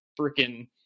freaking